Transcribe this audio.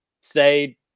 say